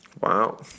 Wow